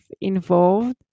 involved